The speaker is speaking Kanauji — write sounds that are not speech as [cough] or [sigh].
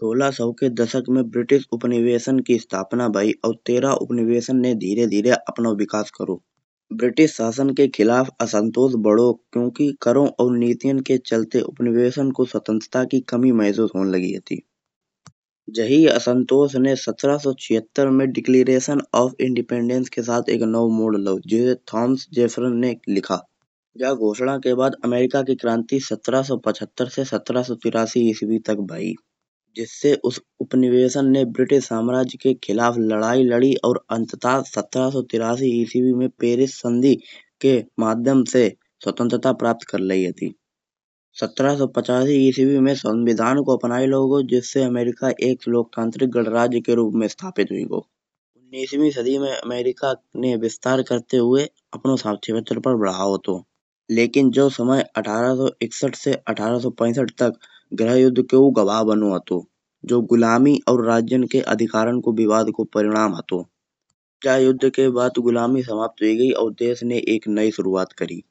सोलह सौ की दशक में ब्रिटिश उपनिवेशन की स्थापना भई। और तेरह उपनिवेशन ने धीरे धीरे अपनो विकास करो ब्रिटिश शासन के खिलाफ असंतोष भड़ो। क्योंकि करों और नीतियों के चलते उपनिवेशन को स्वतंत्रता की कमी महसूस होन लगी हती। जाही असंतोष ने सत्तर सौ छिहत्तर में डिक्लरेशन ऑफ इंडिपेंडेंस के साथ एक नाओ मोड़ लाओ, जे थॉमस जेफरसन ने लिखा। जा घोषणा के बाद अमेरिका की क्रांति सत्तर सौ पचहत्तर से सत्तर सौ तेरासी इस्वी तक भई। जिससे उपनिवेशन ने ब्रिटिश साम्राज्य के खिलाफ लड़ाई लड़ी और अंततः सत्तर सौ तेरासी इस्वी में पेरिस संधि के माध्यम से स्वतंत्रता प्राप्त कर लाई हती। सत्तर सौ पचासी इस्वी में संविधान को अपनाये लाओ गाओ, जिससे अमेरिका एक लोकतांत्रिक गणराज्य के रूप में स्थापित हो गाओ। उन्नीसवीं सदी में अमेरिका ने विस्तार करते हुए अपनो [unintelligible] भड़ाओ हतो। लेकिन जो समय अठारह सौ इकसठ से अठारह सौ पैसठ तक [unintelligible] गवाह बनो हतो। जो गुलामी और राज्यों के अधिकारों को विवाद को परिणाम हतो, ज युध्द के बाद गुलामी समाप्त हो गई और देश ने एक नई शुरुआत करी।